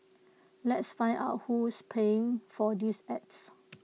let's find out who's paying for these ads